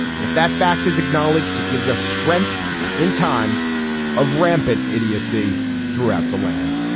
and if that fact is acknowledged, it gives us strength in times of rampant idiocy throughout the land